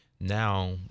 now